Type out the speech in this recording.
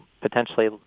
potentially